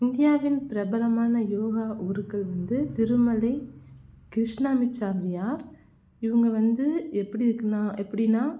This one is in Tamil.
இந்தியாவின் பிரபலமான யோகா குருக்கள் வந்து திருமலை கிருஷ்ணாமிச்சாமியார் இவங்க வந்து எப்படி இருக்குதுன்னா எப்படின்னா